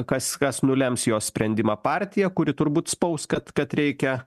kas kas nulems jos sprendimą partija kuri turbūt spaus kad kad reikia